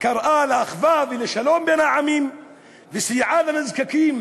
קראה לאחווה ולשלום בין העמים וסייעה לנזקקים